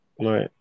Right